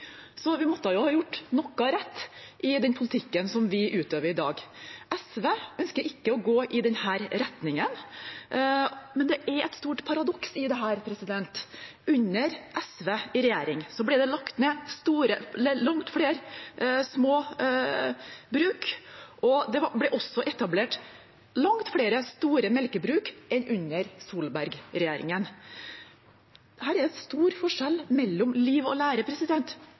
så vi må jo ha gjort noe rett i den politikken vi utøver i dag. SV ønsker ikke å gå i den retningen, men det er et stort paradoks i dette. Under SV i regjering ble det lagt ned langt flere små bruk, og det ble også etablert langt flere store melkebruk enn under Solberg-regjeringen. Her er det stor forskjell mellom liv og lære.